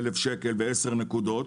אלף שקל ועשר נקודות,